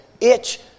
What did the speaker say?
itch